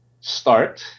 start